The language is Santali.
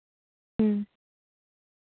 ᱦᱮᱸ